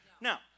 Now